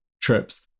trips